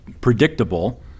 predictable